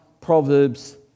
Proverbs